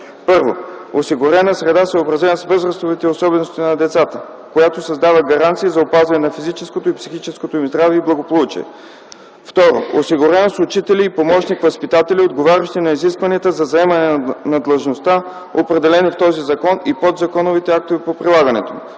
1. осигурена среда, съобразена с възрастовите особености на децата, която създава гаранции за опазване на физическото и психическото им здраве и благополучие; 2. осигуреност с учители и помощник-възпитатели, отговарящи на изискванията за заемане на длъжността, определени в този закон и подзаконовите актове по прилагането